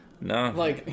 No